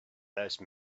those